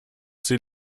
sie